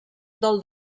del